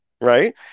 right